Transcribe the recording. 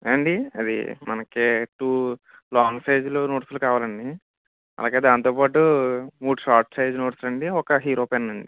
ఏవండీ అది మనకి టూ లాంగ్ సైజులు నోట్సులు కావాలి అండి అలాగే దాంతోపాటు మూడు షార్ట్ సైజులు నోట్సులు అండి ఒక హీరో పెన్ను అండి